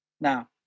Now